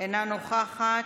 אינה נוכחת,